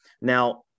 Now